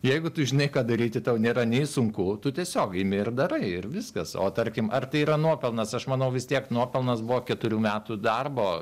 jeigu tu žinai ką daryti tau nėra nei sunku tu tiesiog imi ir darai ir viskas o tarkim ar tai yra nuopelnas aš manau vis tiek nuopelnas buvo keturių metų darbo